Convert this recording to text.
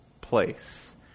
place